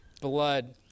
blood